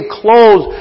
clothes